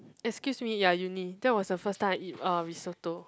excuse me ya uni that was the first time I eat uh risotto